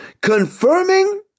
confirming